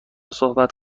صحبت